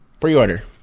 pre-order